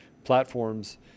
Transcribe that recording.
platforms